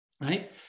right